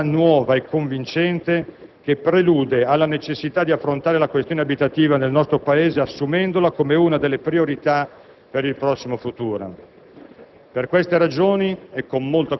Questo decreto apre una strada nuova e convincente che prelude alla necessità di affrontare la questione abitativa nel nostro Paese assumendola come una delle priorità per il prossimo futuro.